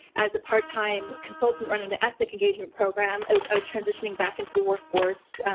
as a part-time consultant, running the ethnic engagement program as i was transitioning back into the workforce.